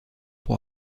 pour